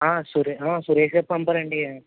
సురే సురేష్ గారు పంపారా అండి